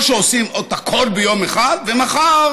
או שעושים את הכול ביום אחד ומחר